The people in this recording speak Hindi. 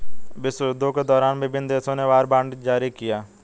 विश्वयुद्धों के दौरान विभिन्न देशों ने वॉर बॉन्ड जारी किया